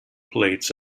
plates